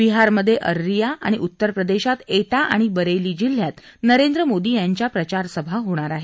बिहारमध्ये अररिया आणि उत्तरप्रदेशात एटा आणि बरेली जिल्ह्यात नरेंद्र मोदी यांच्या आज प्रचारसभा होणार आहेत